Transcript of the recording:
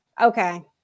Okay